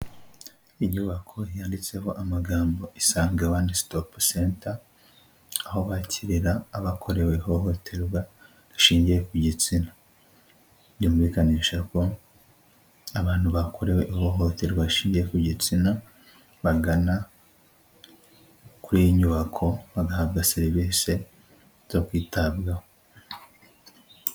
Inyubako yanditseho amagambo isange wani sitopu seta, aho bakirira abakorewe ihohoterwa rishingiye ku gitsina, byumvikanisha ko abantu bakorewe ihohoterwa rishingiye ku gitsina bagana kuri iyi inyubako bagahabwa serivisi zo kwitabwaho.